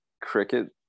cricket